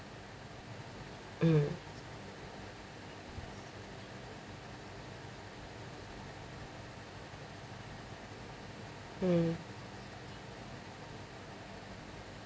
mm mm